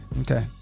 Okay